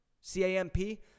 C-A-M-P